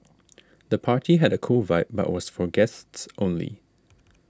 the party had a cool vibe but was for guests only